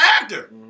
actor